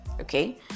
okay